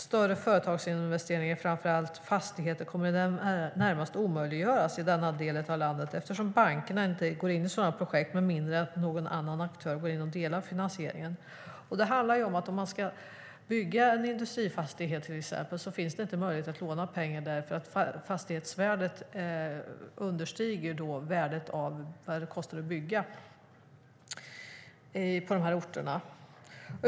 Större företagsinvesteringar, framför allt vad gäller fastigheter, kommer att i det närmaste omöjliggöras i denna del av landet, eftersom bankerna inte går in i sådana projekt med mindre än att någon annan aktör delar finansieringen. Om man till exempel ska bygga en industrifastighet finns det inte möjlighet att låna pengar, då fastighetsvärdet på de här orterna understiger byggkostnaden.